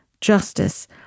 justice